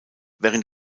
während